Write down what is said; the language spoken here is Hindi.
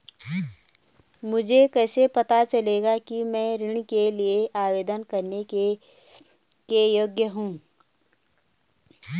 मुझे कैसे पता चलेगा कि मैं ऋण के लिए आवेदन करने के योग्य हूँ?